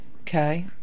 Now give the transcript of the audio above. Okay